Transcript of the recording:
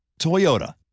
Toyota